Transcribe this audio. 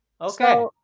Okay